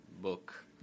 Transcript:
book